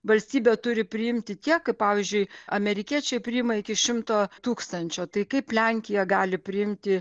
valstybė turi priimti tiek kaip pavyzdžiui amerikiečiai priima iki šimto tūkstančio tai kaip lenkija gali priimti